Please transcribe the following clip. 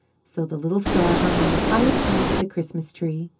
so the little star hung on the highest branch of the christmas-tree.